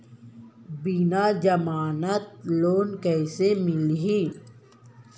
बिना जमानत लोन कइसे मिलही?